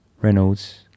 Reynolds